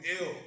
ill